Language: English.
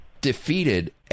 defeated